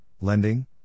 lending